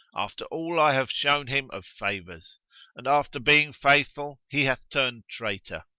after all i have shown him of favours and after being faithful he hath turned traitor.